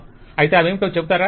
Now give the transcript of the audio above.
vendor అయితే అవేమిటో చెబుతారా